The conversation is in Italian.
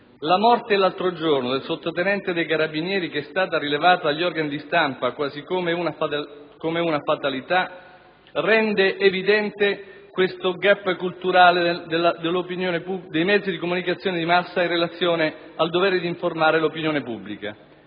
La morte l'altro giorno del sottotenente dei Carabinieri, rilevata dagli organi di stampa quasi come una fatalità, rende evidente questo *gap* culturale dei mezzi di comunicazione di massa in relazione al dovere di informare l'opinione pubblica.